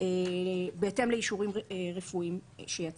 בהתאם לאישורים רפואיים שיציג.